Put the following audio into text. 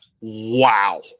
Wow